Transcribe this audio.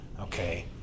Okay